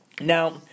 Now